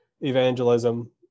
evangelism